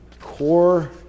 core